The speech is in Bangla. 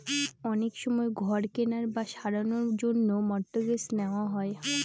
অনেক সময় ঘর কেনার বা সারানোর জন্য মর্টগেজ নেওয়া হয়